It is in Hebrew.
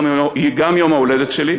גם יום ההולדת שלי,